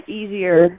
easier